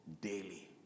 daily